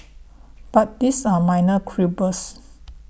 but these are minor quibbles